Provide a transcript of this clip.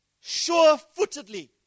sure-footedly